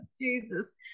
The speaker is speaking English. jesus